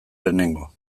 lehenengo